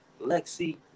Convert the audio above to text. lexi